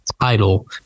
title